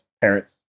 parents